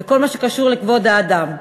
כל מה שקשור לכבוד האדם.